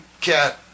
cat